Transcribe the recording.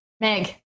Meg